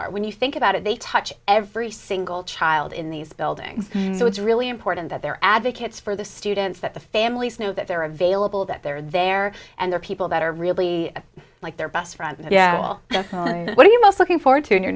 are when you think about it they touch every single child in these buildings so it's really important that they're advocates for the students that the families know that they're available that they're there and they're people that are really like their best friend yeah well what are you most looking forward to in you